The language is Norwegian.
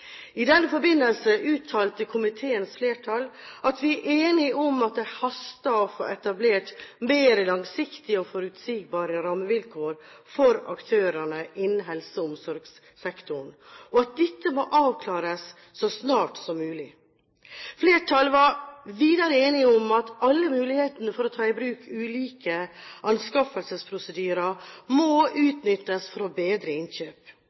I den forbindelse uttalte komiteens flertall at «det haster med å få etablert mer langsiktige og forutsigbare rammevilkår» for aktørene innen helse- og omsorgssektoren, og at dette «bør avklares så snart som mulig». Flertallet mente videre at alle mulighetene for å ta i bruk ulike anskaffelsesprosedyrer må utnyttes for å bedre innkjøp.